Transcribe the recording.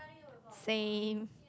same